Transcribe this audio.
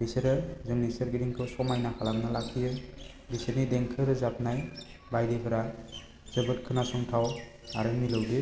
बिसोरो जोंनि सोरगिदिंखौ समायना लाखियो बिसोरनि देंखो रोजाबनाय बायदिफ्रा जोबोद खोनासंथाव आरो मिलौदो